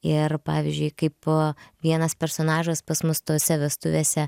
ir pavyzdžiui kaip vienas personažas pas mus tose vestuvėse